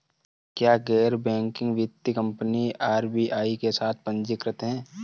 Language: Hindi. क्या गैर बैंकिंग वित्तीय कंपनियां आर.बी.आई के साथ पंजीकृत हैं?